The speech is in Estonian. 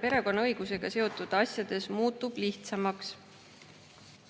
perekonnaõigusega seotud asjades muutub lihtsamaks. Mida